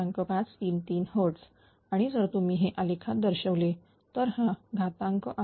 533 Hz आणि जर तुम्ही हे आलेखात दर्शवले तऱ् हा घातांक आलेख